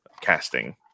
casting